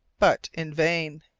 but in vain.